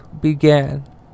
began